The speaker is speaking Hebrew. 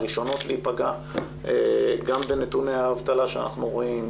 הראשונות להיפגע גם בנתוני האבטלה שאנחנו רואים,